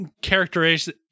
characterization